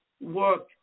work